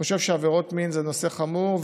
חושב שעבירות מין זה נושא חמור,